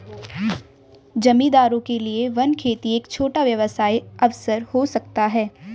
जमींदारों के लिए वन खेती एक छोटा व्यवसाय अवसर हो सकता है